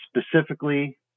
specifically